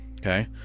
okay